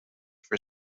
for